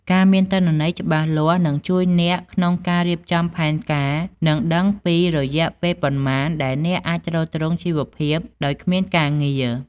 ការមានទិន្នន័យច្បាស់លាស់នឹងជួយអ្នកក្នុងការរៀបចំផែនការ និងដឹងពីរយៈពេលប៉ុន្មានដែលអ្នកអាចទ្រទ្រង់ជីវភាពដោយគ្មានការងារ។